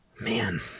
man